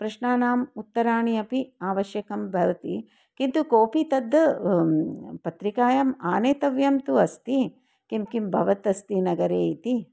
प्रश्नानाम् उत्तराणि अपि आवश्यकानि भवन्ति किन्तु कोपि तद् पत्रिकायाम् आनेतव्यं तु अस्ति किं किं भवत् अस्ति नगरे इति